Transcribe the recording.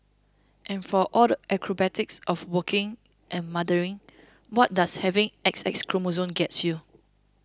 and for all the acrobatics of working and mothering what does having X X chromosomes gets you